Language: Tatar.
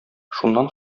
шуннан